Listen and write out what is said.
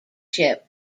ship